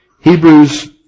Hebrews